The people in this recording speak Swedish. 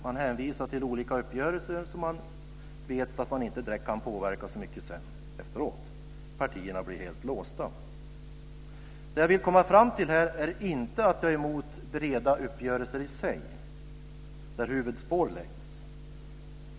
Man hänvisar till olika uppgörelser som man vet att man inte direkt kan påverka så mycket efteråt. Partierna blir helt låsta. Det jag vill komma fram till här är inte att jag är emot breda uppgörelser i sig där huvudspår läggs.